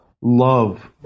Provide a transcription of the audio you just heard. love